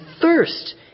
thirst